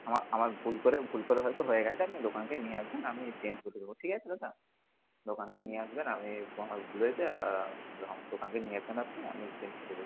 আমার আমার ভুল করে ভুল করে হয়তো হয়ে গেছে আপনি দোকানকে নিয়ে আসবেন আমি চেঞ্জ করে দেবো ঠিক আছে দাদা দোকানকে নিয়ে আসবেন আমি আমার ভুল হয়েছে দোকানকে নিয়ে আসবেন আপনি আমি চেঞ্জ করে দেবো